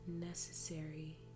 necessary